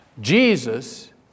Jesus